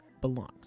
belongs